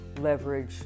leverage